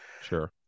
Sure